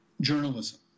journalism